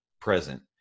present